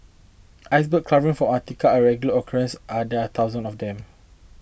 Icebergs calving from Antarctica are a regular occurrence and there are thousands of them